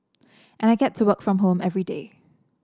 and I get to work from home everyday